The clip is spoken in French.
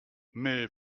mais